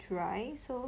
dry so